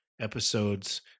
episodes